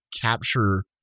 capture